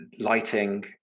lighting